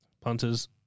punters